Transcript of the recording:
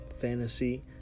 fantasy